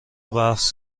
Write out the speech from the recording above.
بحث